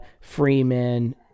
Freeman